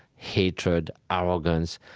hatred, arrogance.